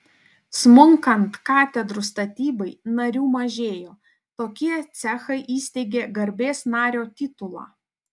smunkant katedrų statybai narių mažėjo tokie cechai įsteigė garbės nario titulą